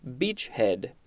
beachhead